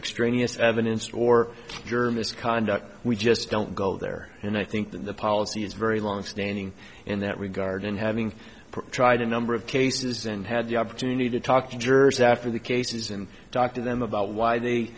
extraneous evidence or germans conduct we just don't go there and i think that the policy is very longstanding in that regard and having tried a number of cases and had the opportunity to talk to jurors after the cases and talk to them about why they